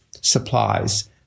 supplies